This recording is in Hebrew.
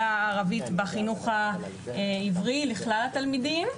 הערבית בחינוך העברי לכלל התלמידים.